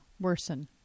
worsen